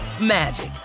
magic